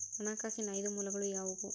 ಹಣಕಾಸಿನ ಐದು ಮೂಲಗಳು ಯಾವುವು?